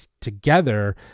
together